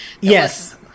Yes